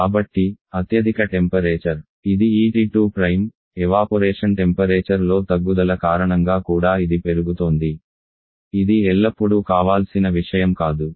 కాబట్టి అత్యధిక టెంపరేచర్ ఇది ఈ T2 ఎవాపొరేషన్ టెంపరేచర్ లో తగ్గుదల కారణంగా కూడా ఇది పెరుగుతోంది ఇది ఎల్లప్పుడూ కావాల్సిన విషయం కాదు